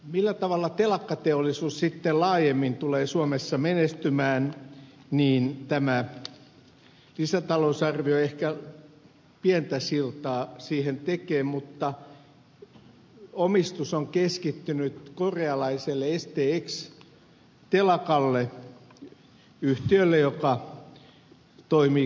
millä tavalla telakkateollisuus sitten laajemmin tulee suomessa menestymään tämä lisätalousarvio ehkä pientä siltaa siihen tekee mutta omistus on keskittynyt korealaiselle stx telakalle yhtiölle joka toimii globaalisti